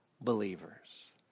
believers